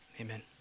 amen